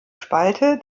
spalte